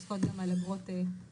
עוסקות גם באגרות שוטפות.